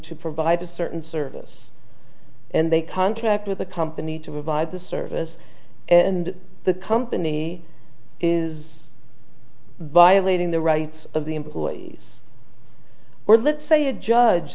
to provide a certain service and they contract with a company to provide the service and the company is by leading the rights of the employees were let's say a judge